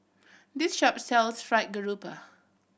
this shop sells Fried Garoupa